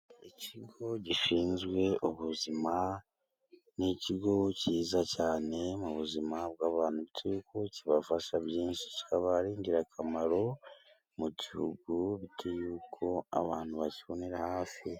Ikigo gishinzwe ubuzima, ni ikigo cyiza cyane mu buzima bw'abantu, kuko kibafasha byinshi kikaba ari ingirakamaro mu gihugu bitewe n'uko abantu bakibonera hafi.